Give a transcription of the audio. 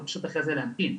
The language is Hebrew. ופשוט אחרי זה להמתין.